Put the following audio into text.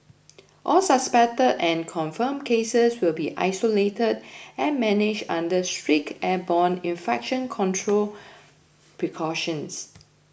all suspected and confirmed cases will be isolated and managed under strict airborne infection control precautions